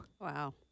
Wow